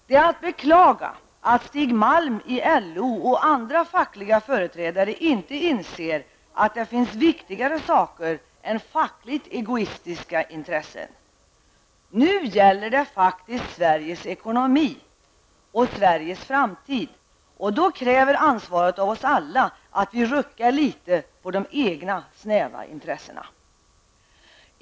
Det är att beklaga att Stig Malm i LO och andra fackliga företrädare inte inser att det finns viktigare saker än fackligt egoistiska intressen. Nu gäller det faktiskt Sveriges ekonomi och Sveriges framtid. Då kräver ansvaret av oss alla att vi ruckar litet på de egna snäva intressena.